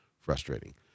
frustrating